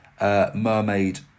Mermaid